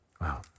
Wow